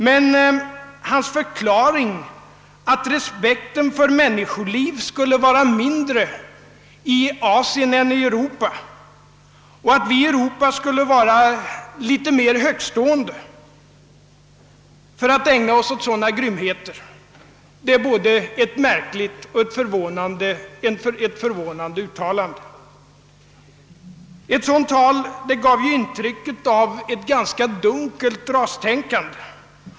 Men hans förklaring att respekten för människoliv skulle vara mindre i Asien än i Europa och att vi här i Europa skulle vara litet för högtstående för att ägna oss åt sådana grymheter är ett både märkligt och förvånande uttalande. Det talet gav intryck av ett ganska dunkelt rastänkande.